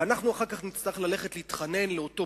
ואנחנו אחר כך נצטרך ללכת להתחנן לאותו